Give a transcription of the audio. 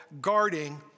Guarding